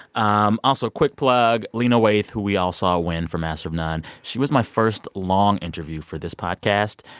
um also quick plug lena waithe, who we all saw win for master of none, she was my first long interview for this podcast.